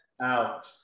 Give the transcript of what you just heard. out